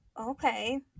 Okay